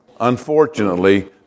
Unfortunately